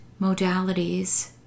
modalities